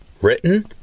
Written